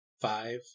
five